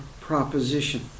proposition